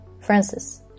Francis